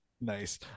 Nice